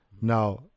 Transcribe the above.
Now